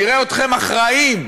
נראה אתכם אחראיים,